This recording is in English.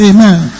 Amen